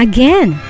Again